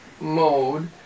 mode